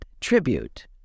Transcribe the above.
tribute